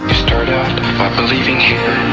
start out by believing here.